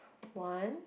one